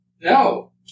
No